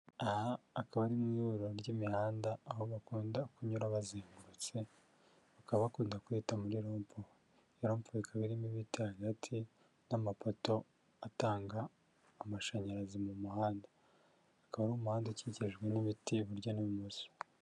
Aha akaba ari mu ihuriro ry'imihanda aho bakunda kunyura bazengurutse bakaba bakunda kuhita muri rompuwe iyo rompuwe ikaba irimo ibiti hagati n'amapoto atanga amashanyarazi mu muhanda hakaba hari umuhanda ukikijwe n'ibiti iburyo n'ibumoso.